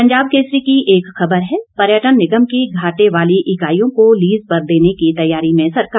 पंजाब केसरी की एक खबर है पर्यटन निगम की घाटे वाली इकाईयों को लीज पर देने की तैयारी में सरकार